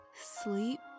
sleep